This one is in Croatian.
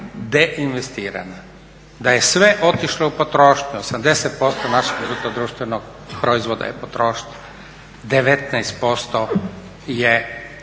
deinvestirana, da je sve otišlo u potrošnju, 80% našeg bruto društvenog proizvoda je potrošnja, 19% je